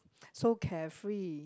so carefree